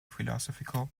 philosophical